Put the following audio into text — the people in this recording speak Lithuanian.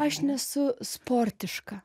aš nesu sportiška